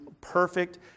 perfect